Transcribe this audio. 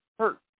hurt